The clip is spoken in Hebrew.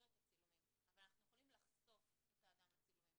את הצילומים אבל אנחנו יכולים לחשוף את האדם לצילומים,